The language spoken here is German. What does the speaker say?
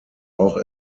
auch